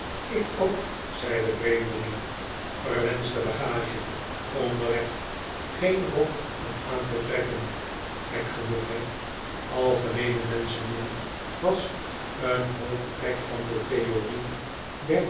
ik ook zei de vreemdeling verwenschte bagage onderweg geen rok om aan te trekken gek genoeg he algemeene menschenmin was een hoofdtrek van de theorie